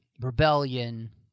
rebellion